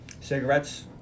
Cigarettes